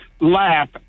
laugh